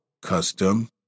custom